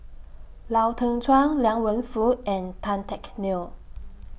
Lau Teng Chuan Liang Wenfu and Tan Teck Neo